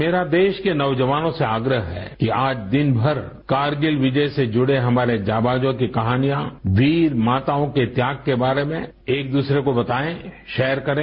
मेरा देश के नौजवानों से आग्रह है कि आज दिन भर कारगिल विजय से जुड़े हमारे जाबाजों की कहानियाँ वीर माताओं के त्याग के बारे में एक दूसरे को बताएँ शेयर करें